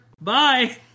Bye